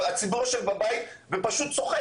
הציבור יושב בבית ופשוט צוחק.